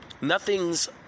Nothing's